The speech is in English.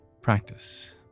practice